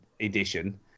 edition